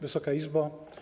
Wysoka Izbo!